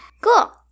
Cool